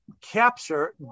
capture